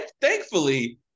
thankfully